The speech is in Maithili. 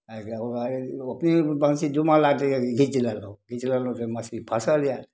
ओ पिउ बंसी डुमऽ लागतै कि घीच लेलहुॅं घीच लेलहुॅं कि मछली फसल यऽ